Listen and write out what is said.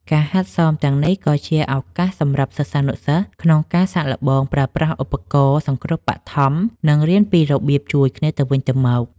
ការហាត់សមទាំងនេះក៏ជាឱកាសសម្រាប់សិស្សានុសិស្សក្នុងការសាកល្បងប្រើប្រាស់ឧបករណ៍សង្គ្រោះបឋម និងរៀនពីរបៀបជួយគ្នាទៅវិញទៅមក។